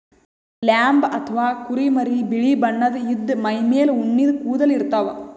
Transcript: lamb ಅಥವಾ ಕುರಿಮರಿ ಬಿಳಿ ಬಣ್ಣದ್ ಇದ್ದ್ ಮೈಮೇಲ್ ಉಣ್ಣಿದ್ ಕೂದಲ ಇರ್ತವ್